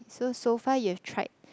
so so far you have tried